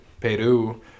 Peru